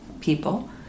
people